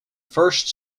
first